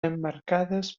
emmarcades